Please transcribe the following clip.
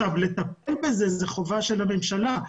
לטפל בזה, זאת חובה של הממשלה.